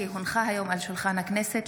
כי הונחה היום על שולחן הכנסת,